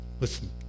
listen